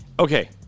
Okay